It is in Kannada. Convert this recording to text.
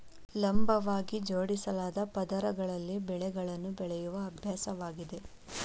ಲಂಬವಾಗಿ ಜೋಡಿಸಲಾದ ಪದರಗಳಲ್ಲಿ ಬೆಳೆಗಳನ್ನು ಬೆಳೆಯುವ ಅಭ್ಯಾಸವಾಗಿದೆ